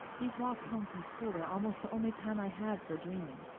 these walks home from school are almost the only time i have for dreaming.